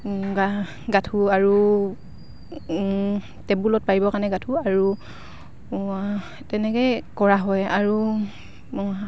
গাঁঠো আৰু টেবুলত পাৰিবৰ কাৰণে গাঁঠোৰ আৰু তেনেকেই কৰা হয় আৰু